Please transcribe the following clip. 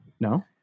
No